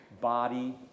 body